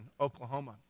Oklahoma